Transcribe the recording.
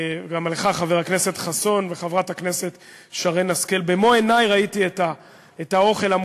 של שירותי קייטרינג בגני-הילדים